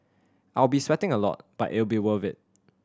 I'll be sweating a lot but it'll be worth it